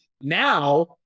Now